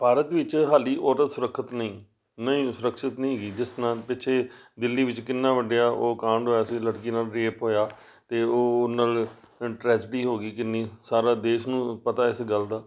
ਭਾਰਤ ਵਿੱਚ ਹਾਲੇ ਔਰਤ ਸੁਰੱਖਿਅਤ ਨਹੀਂ ਨਹੀਂ ਸੁਰਕਸ਼ਿਤ ਨਹੀਂ ਹੈਗੀ ਜਿਸ ਤਰ੍ਹਾਂ ਪਿੱਛੇ ਦਿੱਲੀ ਵਿੱਚ ਕਿੰਨਾ ਵੱਡਾ ਉਹ ਕਾਂਡ ਹੋਇਆ ਸੀ ਲੜਕੀ ਨਾਲ ਰੇਪ ਹੋਇਆ ਅਤੇ ਉਹ ਨਾਲ ਟਰੈਸਟਡੀ ਹੋ ਗਈ ਕਿੰਨੀ ਸਾਰਾ ਦੇਸ਼ ਨੂੰ ਪਤਾ ਇਸ ਗੱਲ ਦਾ